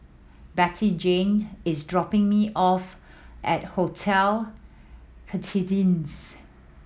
Bettyjane is dropping me off at Hotel Citadines